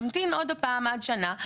תמתין עוד פעם עד שנה.